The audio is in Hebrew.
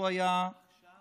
יו"ר האופוזיציה.